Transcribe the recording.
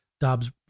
Dobbs